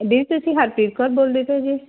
ਦੀਦੀ ਤੁਸੀਂ ਹਰਪ੍ਰੀਤ ਕੌਰ ਬੋਲਦੇ ਪਏ ਜੇ